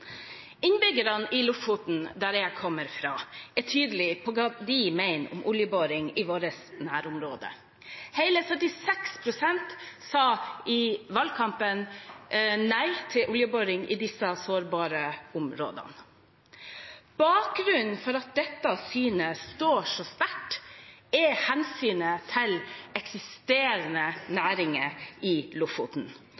Innbyggerne i Lofoten, der jeg kommer fra, er tydelig på hva de mener om oljeboring i våre nærområder. Hele 76 pst. sa i valgkampen nei til oljeboring i disse sårbare områdene. Bakgrunnen for at dette synet står så sterkt, er hensynet til eksisterende